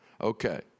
Okay